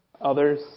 others